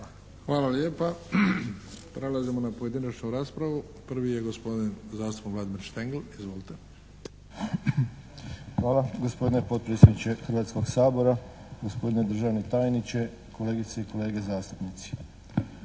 Hvala lijepa. Prelazimo na pojedinačnu raspravu. Prvi je gospodin zastupnik Vladimir Štengl. Izvolite! **Štengl, Vladimir (HDZ)** Hvala. Gospodine potpredsjedniče Hrvatskoga sabora, gospodine državni tajniče, kolegice i kolege zastupnici!